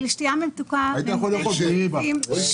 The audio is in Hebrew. אני יכולה לנסות להסביר את זה, אם